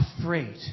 afraid